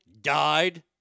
died